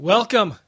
Welcome